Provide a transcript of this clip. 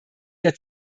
der